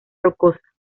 rocosa